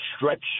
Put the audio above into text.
stretch